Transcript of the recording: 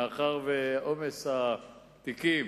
מאחר שעומס התיקים,